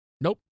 Nope